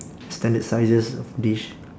standard sizes of dish